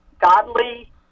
godly